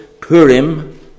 Purim